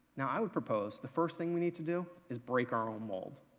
now i would propose the first thing we need to do is break our own mold.